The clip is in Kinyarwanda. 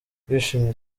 ndishimye